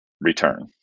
return